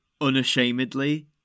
unashamedly